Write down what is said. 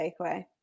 takeaway